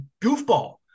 goofball